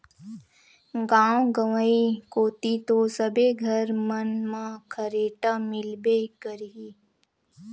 गाँव गंवई कोती तो सबे घर मन म खरेटा मिलबे करही